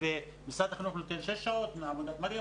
ומשרד החינוך נותן שש שעות ועמותת 'מרים',